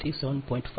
તેથી તે 7